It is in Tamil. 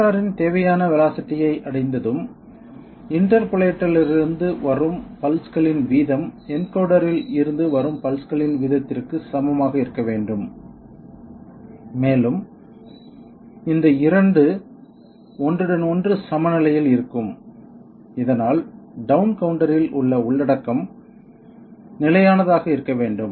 மோட்டாரின் தேவையான வேலோஸிட்டி ஐ அடைந்ததும் இண்டர்போலேட்டரிலிருந்து வரும் பல்ஸ்களின் வீதம் என்கோடரில் இருந்து வரும் பல்ஸ்களின் வீதத்திற்கு சமமாக இருக்க வேண்டும் மேலும் இந்த 2 ஒன்றுடன் ஒன்று சமநிலையில் இருக்கும் இதனால் டவுன் கவுண்டரில் உள்ள உள்ளடக்கம் நிலையானதாக இருக்க வேண்டும்